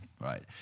right